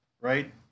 right